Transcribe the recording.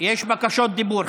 בקשות דיבור.